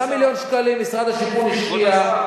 3 מיליון שקלים משרד השיכון השקיע,